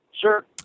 Sure